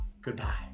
Goodbye